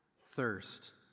thirst